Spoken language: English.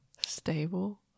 Stable